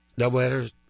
doubleheaders